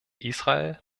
israel